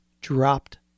dropped